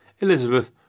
Elizabeth